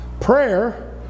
prayer